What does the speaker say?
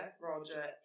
Roger